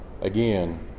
Again